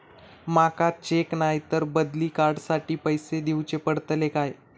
माका चेक नाय तर बदली कार्ड साठी पैसे दीवचे पडतले काय?